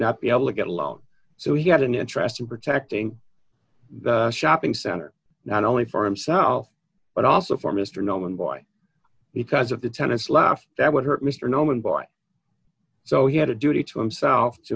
not be able to get a loan so he had an interest in protecting the shopping center not only for himself but also for mr nolan boy because of the tenants left that would hurt mr norman boy so he had a duty to him sel